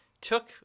took